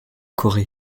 corée